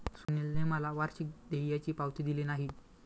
सुनीलने मला वार्षिक देयाची पावती दिली नाही